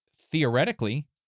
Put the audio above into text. theoretically